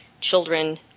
children